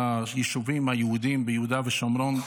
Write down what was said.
ביישובים היהודיים ביהודה ושומרון,